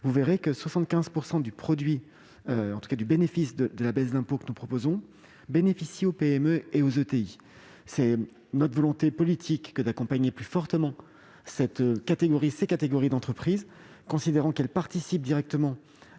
des analyses menées en relation avec cet article, 75 % de la baisse d'impôt que nous proposons bénéficiera aux PME et aux ETI. C'est notre volonté politique que d'accompagner plus fortement ces catégories d'entreprises, considérant qu'elles participent directement